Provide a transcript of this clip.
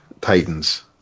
Titans